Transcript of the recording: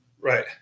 Right